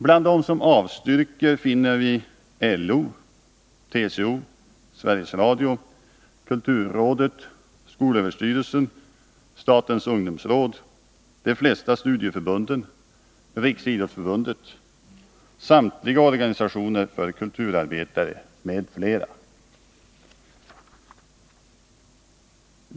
Bland dem som avstyrker finner vi LO, TCO, Sveriges Radio, kulturrådet, SÖ, statens ungdomsråd, de flesta studieförbunden, Riksidrottsförbundet, samtliga organisationer för kulturarbetare, m.fl.